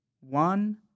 One